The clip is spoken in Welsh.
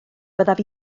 byddaf